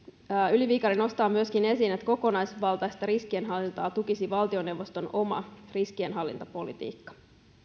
yli viikari nostaa myöskin esiin että kokonaisvaltaista riskienhallintaa tukisi valtioneuvoston oma riskienhallintapolitiikka